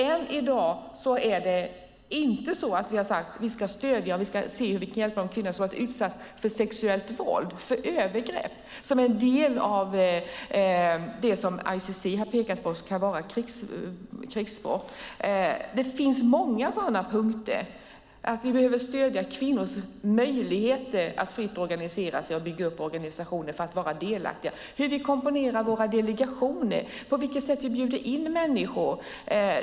Än i dag har man inte sagt att man ska ge stöd och se hur man kan hjälpa de kvinnor som har varit utsatta för sexuellt våld och övergrepp som en del av det som ICC har pekat på kan vara krigsbrott. Det finns många sådana punkter. Vi behöver stödja kvinnors möjligheter att fritt organisera sig och bygga upp organisationer för att vara delaktiga. Det är viktigt hur vi komponerar våra delegationer och på vilket sätt vi bjuder in människor.